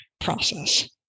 process